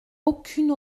aucune